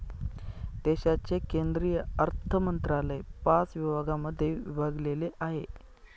देशाचे केंद्रीय अर्थमंत्रालय पाच विभागांमध्ये विभागलेले आहे